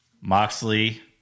Moxley